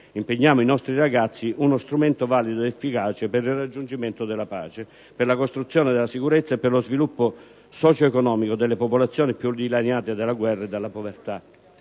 impegniamo i nostri ragazzi, uno strumento valido ed efficace per il raggiungimento della pace, per la costruzione della sicurezza e per lo sviluppo socioeconomico delle popolazioni più dilaniate dalla guerra e dalla povertà.